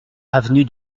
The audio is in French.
avenue